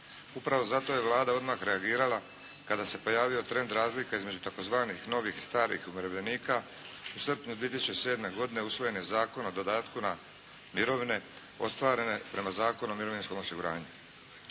Upravo zato je Vlada odmah reagirala kada se pojavio trend razlika između tzv. novih i starih umirovljenika. U srpnju 2007. godine usvojen je Zakon o dodatku na mirovine ostvarene prema Zakonu o mirovinskom osiguranju.